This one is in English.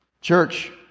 Church